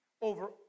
over